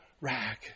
rag